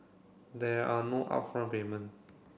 there are no upfront payment